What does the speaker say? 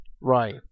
Right